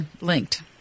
linked